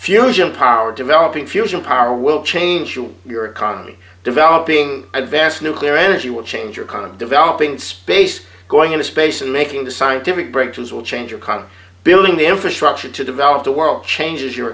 fusion power developing fusion power will change your economy developing advanced nuclear energy will change your kind of developing space going into space and making the scientific breakthroughs will change economy building the infrastructure to develop the world changes your